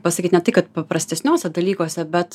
pasakyt ne tai kad paprastesniuose dalykuose bet